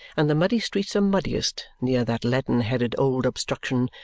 and the muddy streets are muddiest near that leaden-headed old obstruction,